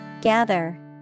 Gather